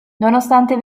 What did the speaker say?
nonostante